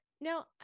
Now